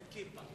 עם כיפה.